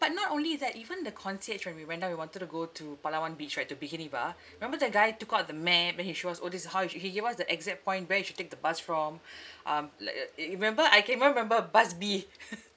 but not only that even the concierge when we went down we wanted to go to palawan beach right to bikini bar remember that guy took out the map then he show us orh this is how you should he gave us the exact point where you should take the bus from um li~ li~ you remember I can even remember bus B